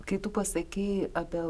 kai tu pasakei apie